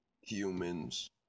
humans